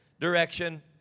direction